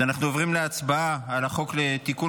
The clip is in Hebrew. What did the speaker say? אנחנו עוברים להצבעה על הצעת חוק לתיקון